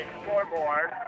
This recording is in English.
scoreboard